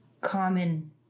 common